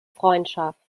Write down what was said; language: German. freundschaft